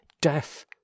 death